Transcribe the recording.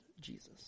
Jesus